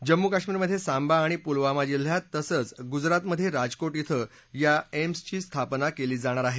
जम्मू कश्मीरमधे सांबा आणि पुलवामा जिल्ह्यात तसंच गुजरातमधे राजकोट श्वं या एम्सची स्थापना केली जाणार आहे